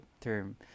term